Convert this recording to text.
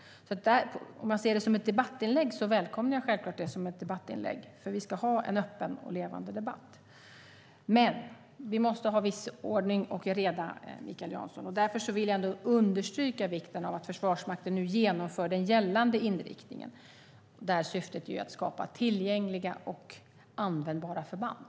Om man ser detta som ett debattinlägg välkomnar jag självklart det som ett debattinlägg, för vi ska ha en öppen och levande debatt. Men vi måste ha viss ordning och reda, Mikael Jansson, därför vill jag understryka vikten av att Försvarsmakten nu genomför den gällande inriktningen där syftet är att skapa tillgängliga och användbara förband.